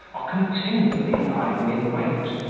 are continually lying in wait,